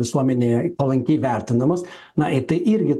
visuomenėje palankiai vertinamas na tai irgi